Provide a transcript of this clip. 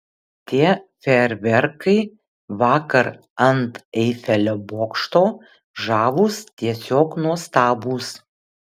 tie fejerverkai vakar ant eifelio bokšto žavūs tiesiog nuostabūs